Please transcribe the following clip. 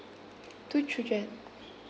two children